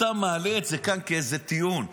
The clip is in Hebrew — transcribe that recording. אתה מעלה את זה כאן כאיזה טיעון,